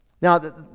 now